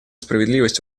справедливость